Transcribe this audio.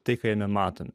tai ką jame matome